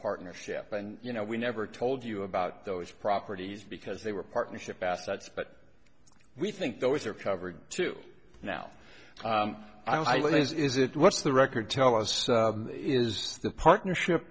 partnership and you know we never told you about those properties because they were partnership assets but we think those are covered too now i lease is it what's the record tell us is the partnership